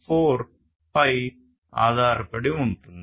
4 పై ఆధారపడి ఉంటుంది